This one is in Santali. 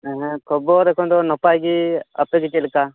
ᱦᱮᱸ ᱦᱮᱸ ᱠᱷᱚᱵᱚᱨ ᱮᱠᱚᱱᱫᱚ ᱱᱟᱯᱟᱭ ᱜᱮ ᱟᱯᱮᱜᱮ ᱪᱮᱫ ᱞᱮᱠᱟ